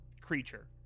creature